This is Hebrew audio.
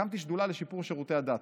הקמתי שדולה לשיפור שירותי הדת.